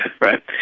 Right